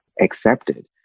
accepted